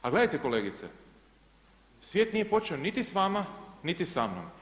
A gledajte kolegice, svijet nije počeo niti s vama, niti sa mnom.